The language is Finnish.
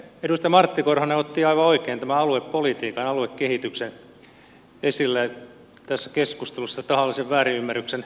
edustaja martti korhonen otti aivan oikein aluepolitiikan aluekehityksen esille tässä keskustelussa tahallisen väärinymmärryksen keskellä